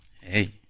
Hey